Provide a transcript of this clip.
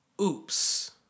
oops